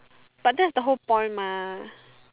but that's the whole point mah